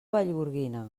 vallgorguina